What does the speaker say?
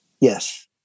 Yes